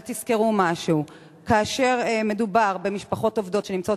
אבל תזכרו משהו: כאשר מדובר במשפחות עובדות שנמצאות